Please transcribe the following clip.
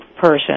person